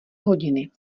hodiny